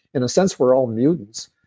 in a sense, we're all mutants.